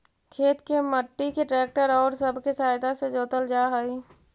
खेत के मट्टी के ट्रैक्टर औउर सब के सहायता से जोतल जा हई